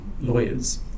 lawyers